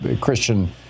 Christian